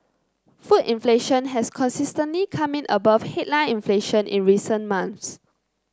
food inflation has consistently come in above headline inflation in recent months